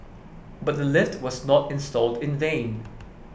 but the lift was not installed in vain